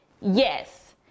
Yes